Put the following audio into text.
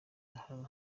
zahara